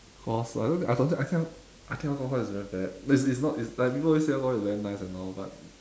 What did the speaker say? cause I don't I don't think I cannot I think alcohol is very bad it's it's it's not like people always say alcohol is very nice and all but